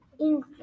English